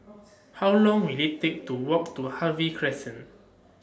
How Long Will IT Take to Walk to Harvey Crescent